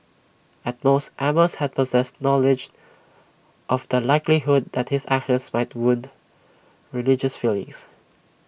at most amos had possessed knowledge of the likelihood that his actions might wound religious feelings